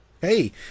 Hey